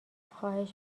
خواهش